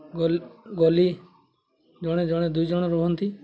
ଗଲି ଗଲି ଜଣେ ଜଣେ ଦୁଇ ଜଣ ରୁହନ୍ତି